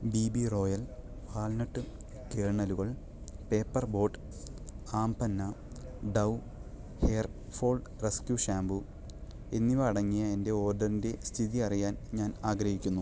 B B Royal walnut കേർണലുകൾ Paper Boat aam panna Dove hair fall rescue shampoo എന്നിവ അടങ്ങിയ എന്റെ ഓർഡറിന്റെ സ്ഥിതി അറിയാൻ ഞാൻ ആഗ്രഹിക്കുന്നു